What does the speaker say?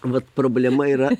vat problema yra